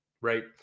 right